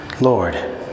Lord